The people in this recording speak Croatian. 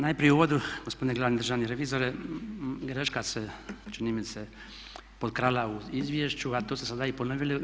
Najprije u uvodu gospodine glavni državni revizore greška se čini mi se potkrala u izvješću, a to ste sada i ponovili.